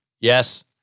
yes